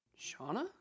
Shauna